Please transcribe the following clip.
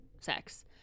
sex